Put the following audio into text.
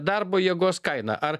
darbo jėgos kaina ar